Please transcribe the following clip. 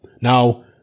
now